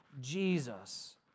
Jesus